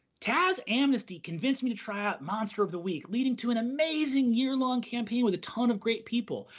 taz amnesty' convinced me to try out monster of the week leading to an amazing year-long campaign with a ton of great people.